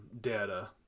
data